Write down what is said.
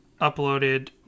Uploaded